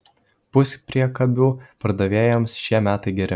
puspriekabių pardavėjams šie metai geri